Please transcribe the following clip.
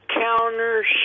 counter